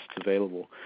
available